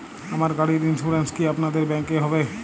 আমার গাড়ির ইন্সুরেন্স কি আপনাদের ব্যাংক এ হবে?